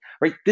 right